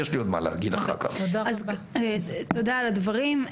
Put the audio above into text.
תודה על הדברים.